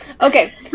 Okay